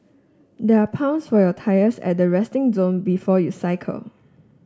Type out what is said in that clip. there are pumps for your tyres at the resting zone before you cycle